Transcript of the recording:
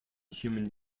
human